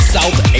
South